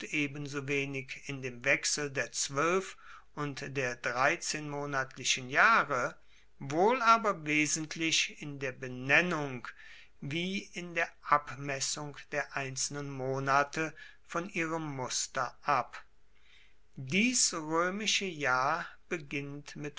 ebenso wenig in dem wechsel der zwoelf und der dreizehnmonatlichen jahre wohl aber wesentlich in der benennung wie in der abmessung der einzelnen monate von ihrem muster ab dies roemische jahr beginnt mit